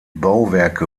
bauwerke